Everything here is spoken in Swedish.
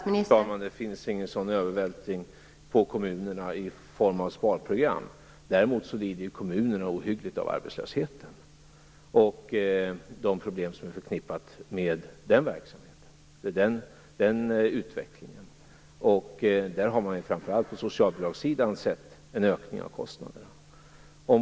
Fru talman! Det sker ingen sådan övervältring på kommunerna i form av sparprogram. Däremot lider kommunerna ohyggligt av arbetslösheten och de problem som är förknippade med den utvecklingen. Där har man framför allt på socialbidragssidan sett en ökning av kostnaderna.